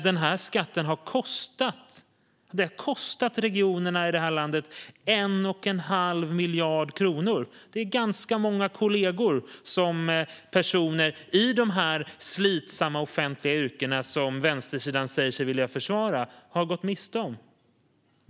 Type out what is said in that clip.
Den här skatten har kostat regionerna i det här landet 1 1⁄2 miljard kronor. Det är ganska många kollegor som personerna i de här slitsamma offentliga yrkena, som vänstersidan säger sig vilja försvara, har gått miste om.